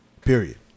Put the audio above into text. Period